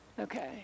Okay